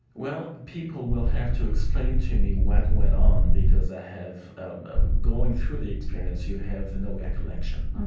well, people will have to explain to me what went on because i have, um, going through the experience you have no recollection,